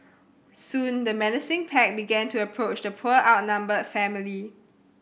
soon the menacing pack began to approach the poor outnumbered family